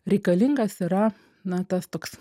reikalingas yra na tas toks